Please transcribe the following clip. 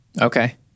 Okay